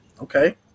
Okay